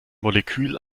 molekül